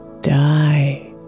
die